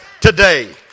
today